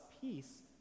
peace